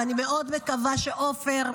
ואני מאוד מקווה שעופר,